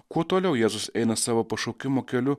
kuo toliau jėzus eina savo pašaukimo keliu